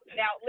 now